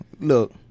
Look